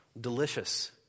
delicious